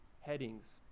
headings